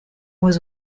was